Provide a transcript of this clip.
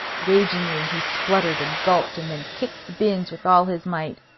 ragingly he spluttered and gulped, and then kicked the bins with all his might.